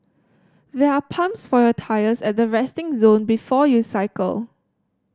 there are pumps for your tyres at the resting zone before you cycle